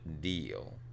deal